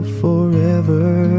forever